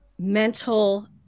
mental